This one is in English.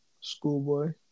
Schoolboy